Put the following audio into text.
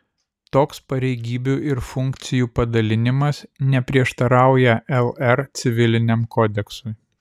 toks pareigybių ir funkcijų padalinimas neprieštarauja lr civiliniam kodeksui